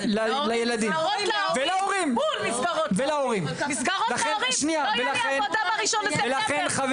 מסגרות להורים, לא תהיה לי עבודה ב-1 בספטמבר.